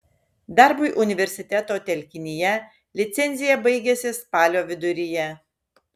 darbui universiteto telkinyje licencija baigiasi spalio viduryje